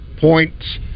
points